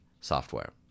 software